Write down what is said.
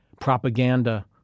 Propaganda